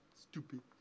Stupid